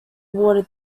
water